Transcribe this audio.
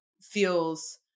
feels